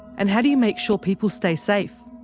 and how do you make sure people stay safe?